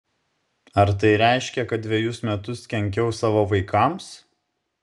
ar tai reiškia kad dvejus metus kenkiau savo vaikams